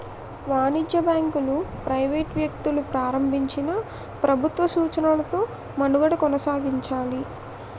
వాణిజ్య బ్యాంకులు ప్రైవేట్ వ్యక్తులు ప్రారంభించినా ప్రభుత్వ సూచనలతో మనుగడ కొనసాగించాలి